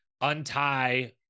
untie